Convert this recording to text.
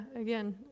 again